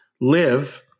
live